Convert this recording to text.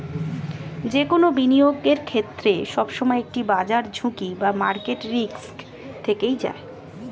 যে কোনো বিনিয়োগের ক্ষেত্রে, সবসময় একটি বাজার ঝুঁকি বা মার্কেট রিস্ক থেকেই যায়